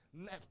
Left